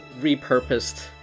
repurposed